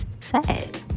Sad